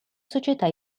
società